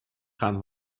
gaan